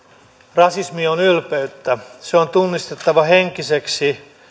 rasismi on ylpeyttä se on tunnistettava henkiseksi